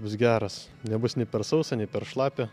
bus geros nebus nei per sausa nei per šlapia